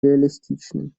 реалистичным